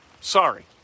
Sorry